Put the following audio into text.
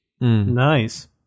Nice